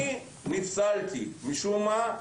אני נפסלתי משום מה,